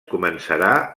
començarà